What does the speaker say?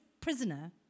prisoner